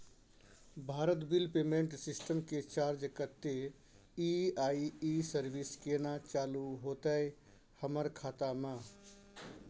Bharat bill payment system के charge कत्ते इ आ इ सर्विस केना चालू होतै हमर खाता म?